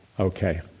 Okay